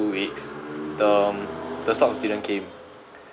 weeks the um the socks didn't came